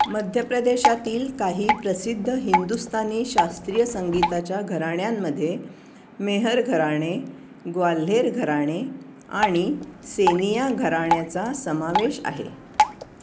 मध्य प्रदेशातील काही प्रसिद्ध हिंदुस्थानी शास्त्रीय संगीताच्या घराण्यांमध्ये मेहर घराणे ग्वाल्हेर घराणे आणि सेनिया घराण्याचा समावेश आहे